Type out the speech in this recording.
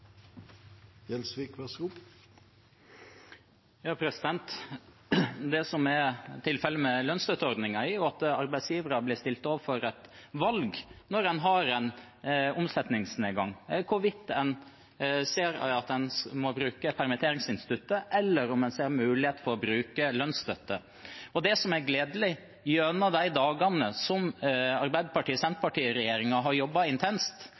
Det som er tilfellet med lønnsstøtteordningen, er at arbeidsgivere blir stilt overfor et valg når en har omsetningsnedgang – om en ser at en må bruke permitteringsinstituttet, eller om en ser en mulighet for å bruke lønnsstøtte. Det som er gledelig gjennom de dagene da Arbeiderparti–Senterparti-regjeringen har jobbet intenst,